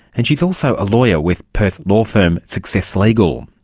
and she is also a lawyer with perth law firm success legal.